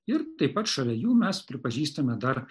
ir taip pat šalia jų mes pripažįstame dar